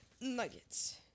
nuggets